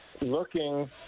looking